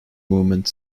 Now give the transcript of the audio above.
movement